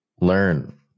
learn